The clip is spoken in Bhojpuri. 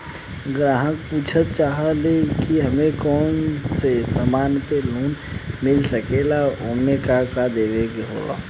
ग्राहक पुछत चाहे ले की हमे कौन कोन से समान पे लोन मील सकेला ओमन का का देवे के होला?